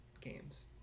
games